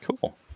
cool